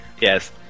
Yes